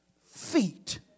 feet